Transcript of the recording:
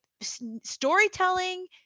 storytelling